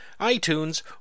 iTunes